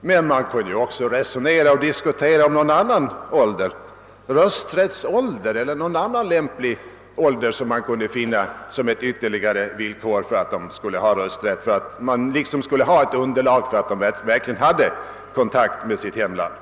men man kan naturligtvis resonera om någon annan lämplig ålder — t.ex. rösträttsåldern — som utgör garanti för att dessa personer verkligen har någon kontakt med sitt hemland.